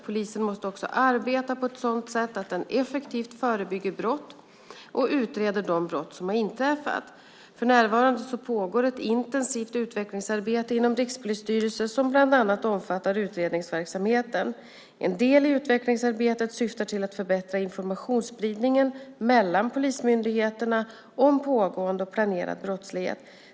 Polisen måste också arbeta på ett sådant sätt att den effektivt förebygger brott och utreder de brott som har inträffat. För närvarande pågår ett intensivt utvecklingsarbete inom Rikspolisstyrelsen som bland annat omfattar utredningsverksamheten. En del i utvecklingsarbetet syftar till att förbättra informationsspridningen mellan polismyndigheterna om pågående och planerad brottslighet.